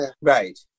Right